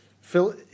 Phil